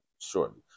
shortly